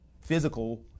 physical